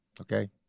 okay